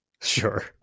sure